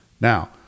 Now